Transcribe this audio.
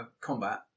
combat